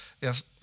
yes